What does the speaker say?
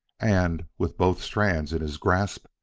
and, with both strands in his grasp,